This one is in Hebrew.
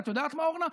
את יודעת מה, אורנה?